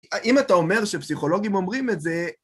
האם אתה אומר שפסיכולוגים אומרים את זה...